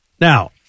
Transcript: Now